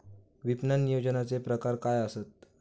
विपणन नियोजनाचे प्रकार काय आसत?